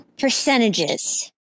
percentages